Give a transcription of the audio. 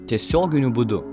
tiesioginiu būdu